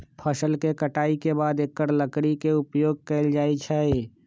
फ़सल के कटाई के बाद एकर लकड़ी के उपयोग कैल जाइ छइ